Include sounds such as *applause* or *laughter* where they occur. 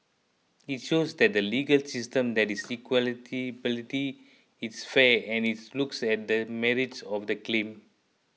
it shows that the legal system there is *unintelligible* it's fair and it looks at the merits of the claim